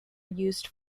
used